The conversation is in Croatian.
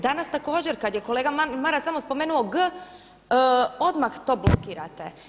Danas također kada je kolega Maras samo spomenuo G odmah to blokirate.